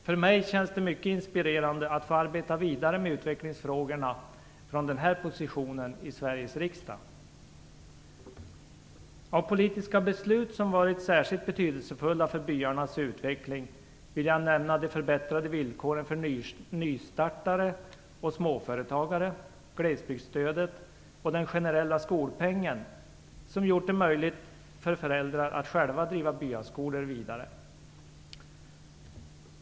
För mig känns det mycket inspirerande att få arbeta vidare med utvecklingsfrågorna från den här positionen i Av politiska beslut som varit särskilt betydelsefulla för byarnas utveckling vill jag nämna de förbättrade villkoren för nystartande av företag och för småföretagare, glesbygdsstödet och den generella skolpengen som gjort det möjligt för föräldrar att själva driva byskolor vidare.